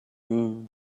room